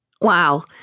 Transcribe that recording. Wow